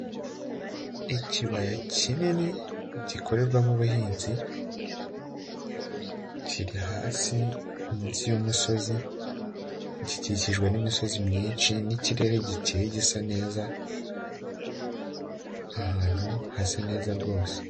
Ikibaya kinini gikorerwamo ubuhinzi kiri hasi munsi y'umusozi gikikijwe n'imisozi myinshi n'ikirere gikeye gisa neza, ahantu hasa neza rwose.